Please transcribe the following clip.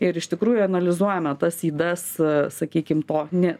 ir iš tikrųjų analizuojame tas ydas sakykim to ne